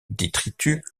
détritus